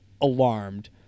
alarmed